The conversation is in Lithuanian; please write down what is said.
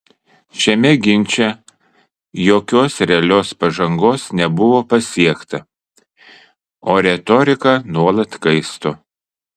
šiame ginče jokios realios pažangos nebuvo pasiekta o retorika nuolat kaisto